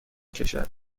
کشد